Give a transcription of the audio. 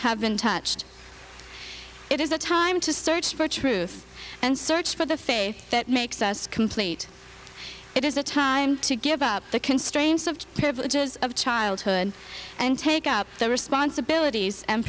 have been touched it is a time to search for truth and search for the faith that makes us complete it is a time to give up the constraints of privileges of childhood and take up the responsibilities and